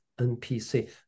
NPC